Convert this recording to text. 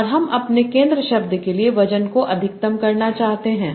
और हम अपने केंद्र शब्द के लिए वजन को अधिकतम करना चाहते हैं